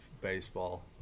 baseball